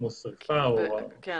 כמו שריפה או --- כן,